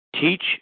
Teach